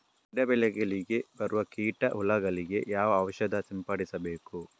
ಗಿಡ, ಬೆಳೆಗಳಿಗೆ ಬರುವ ಕೀಟ, ಹುಳಗಳಿಗೆ ಯಾವ ಔಷಧ ಸಿಂಪಡಿಸಬೇಕು?